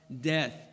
death